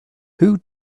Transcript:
who